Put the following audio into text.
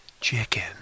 Chicken